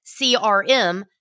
CRM